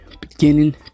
beginning